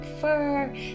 fur